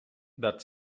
that